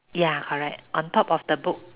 ya correct on top of the book